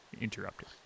interrupted